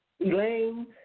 Elaine